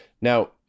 Now